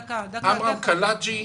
עמרם קלג'י,